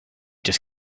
just